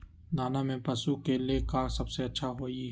दाना में पशु के ले का सबसे अच्छा होई?